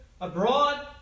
abroad